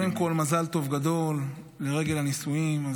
קודם כול מזל טוב גדול לרגל הנישואים.